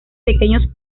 pequeños